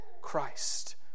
Christ